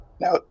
Now